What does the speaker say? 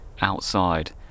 outside